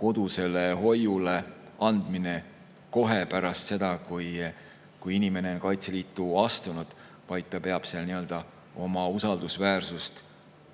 kodusele hoiule kohe pärast seda, kui inimene on Kaitseliitu astunud, vaid ta peab oma usaldusväärsust